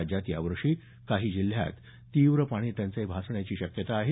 राज्यात यावर्षी काही जिल्ह्यात तीव्र पाणी टंचाई भासण्याची शक्यता आहे